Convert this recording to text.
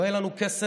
לא יהיה לנו כסף